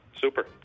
Super